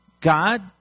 God